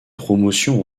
promotion